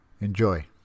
Enjoy